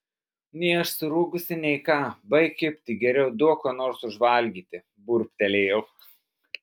nei aš surūgusi nei ką baik kibti geriau duok ko nors užvalgyti burbtelėjau